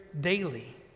daily